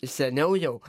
seniau jau